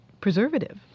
preservative